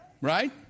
Right